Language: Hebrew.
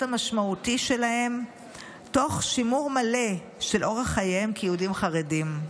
המשמעותי שלהם תוך שימור מלא של אורח חייהם כיהודים חרדים.